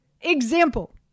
example